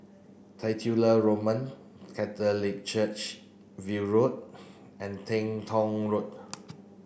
Titular Roman Catholic Church View Road and Teng Tong Road